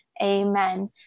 Amen